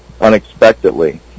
unexpectedly